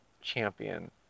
champion